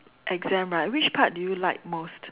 exam right which part do you like most